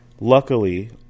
Luckily